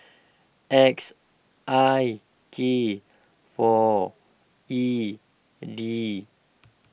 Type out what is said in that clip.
X I K four E D